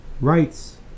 rights